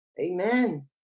Amen